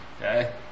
Okay